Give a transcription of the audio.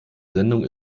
sendung